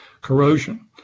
corrosion